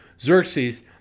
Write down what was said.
Xerxes